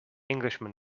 englishman